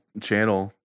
channel